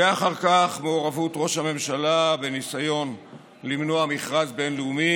אחר כך מעורבות ראש הממשלה בניסיון למנוע מכרז בין-לאומי